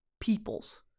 peoples